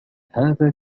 هذا